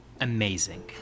amazing